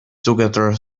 together